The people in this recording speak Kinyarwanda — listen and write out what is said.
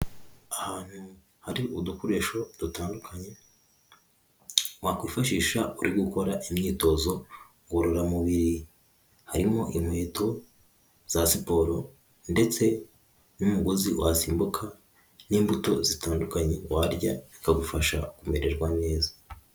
Ahantu hari udukoresho dutandukanye, wakwifashisha uri gukora imyitozo ngororamubiri, harimo inkweto za siporo ndetse n'umugozi wasimbuka n'imbuto zitandukanye warya, bikagufasha kumererwa neza.